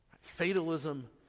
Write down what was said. Fatalism